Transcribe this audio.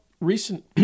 recent